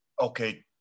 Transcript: okay